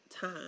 time